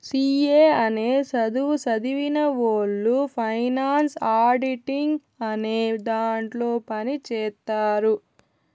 C A అనే సధువు సదివినవొళ్ళు ఫైనాన్స్ ఆడిటింగ్ అనే దాంట్లో పని చేత్తారు